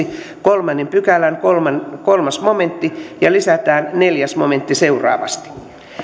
kolmannen pykälän kolmas momentti ja lisätään neljäs momentti seuraavasti